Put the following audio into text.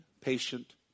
patient